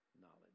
knowledge